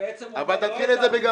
זה בעצם אומר --- אבל תתחיל את זה מגבוה